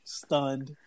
stunned